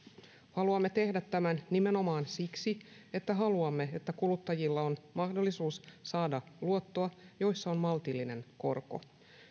haluamme tehdä tämän nimenomaan siksi että haluamme että kuluttajilla on mahdollisuus saada luottoa jossa on maltillinen korko